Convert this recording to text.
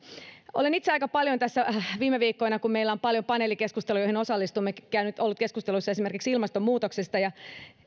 olen itse aika paljon tässä viime viikkoina kun meillä on paljon paneelikeskusteluja joihin osallistumme ollut keskusteluissa esimerkiksi ilmastonmuutoksesta ja